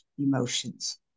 emotions